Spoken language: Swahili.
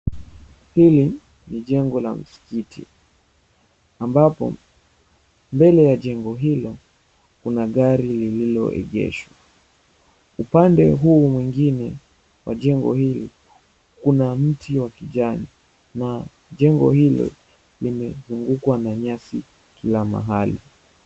Hili ni jengo la msikiti ambapo mbele ya jengo hilo kuna gari lililoegeshwa. Upande huu mwingine wa jengo hili kuna mti wa kijani na jengo hilo limezungukwa na nyasi kila mahali.